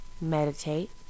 Meditate